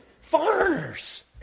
foreigners